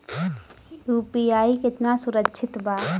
UPI कितना सुरक्षित बा?